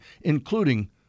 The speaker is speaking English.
including